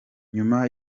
nyuma